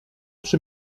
przy